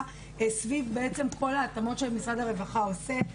סביב בעצם כל ההתאמות שמשרד הרווחה עושה.